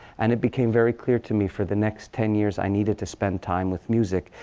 and it became very clear to me, for the next ten years, i needed to spend time with music.